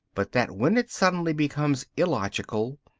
but that when it suddenly becomes illogical,